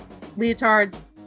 leotards